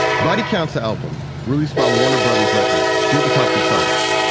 body count's album, released by warner bros. records, didn't top the charts.